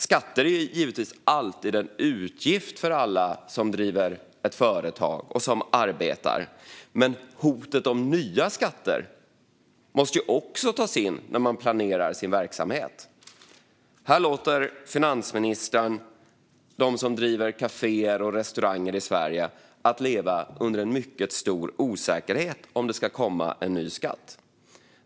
Skatter är givetvis alltid en utgift för alla som driver ett företag och som arbetar, men hotet om nya skatter måste också tas in när man planerar sin verksamhet. Här låter finansministern dem som driver kaféer och restauranger i Sverige leva under en mycket stor osäkerhet när det gäller om det ska komma en ny skatt.